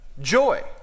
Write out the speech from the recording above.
joy